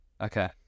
Okay